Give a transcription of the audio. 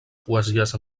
poesies